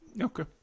Okay